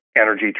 energy